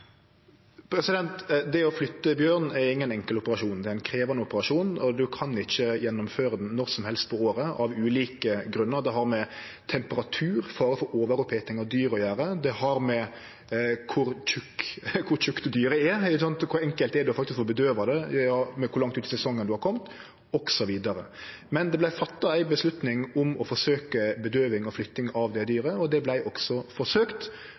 Å flytte bjørn er ingen enkel operasjon. Det er ein krevjande operasjon, og ein kan ikkje gjennomføre han når som helst på året, av ulike grunnar. Det har med temperatur og fare for overoppvarming av dyr å gjere, det har å gjere med kor tjukt dyret er – kor enkelt det er å få bedøvd det etter kor langt ut i sesongen ein har kome – osv. Men det vart teke ei avgjerd om å forsøkje bedøving og flytting av det dyret, og det vart også forsøkt.